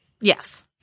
Yes